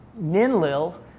Ninlil